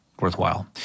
worthwhile